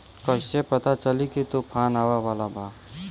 कइसे पता चली की तूफान आवा वाला बा?